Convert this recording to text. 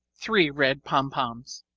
three red pompoms.